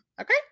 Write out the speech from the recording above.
Okay